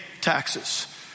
taxes